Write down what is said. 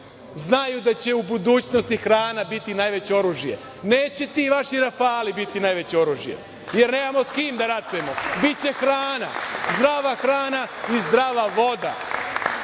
znaju da će u budućnosti hrana biti najveće oružje, neće ti vaši rafali biti najveće oružje, jer nemamo sa kim da ratujemo, biće hrana, zdrava hrana i zdrava voda.